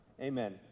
Amen